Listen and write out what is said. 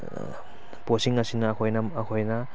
ꯄꯣꯠꯁꯤꯡ ꯑꯁꯤꯅ ꯑꯩꯈꯣꯏꯅ ꯑꯩꯈꯣꯏꯅ